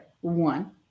one